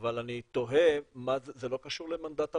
אבל אני תוהה: זה לא קשור למנדט הוועדה.